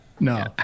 No